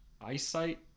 eyesight